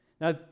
Now